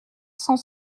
cent